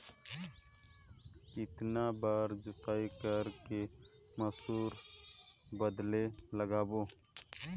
कितन बार जोताई कर के मसूर बदले लगाबो?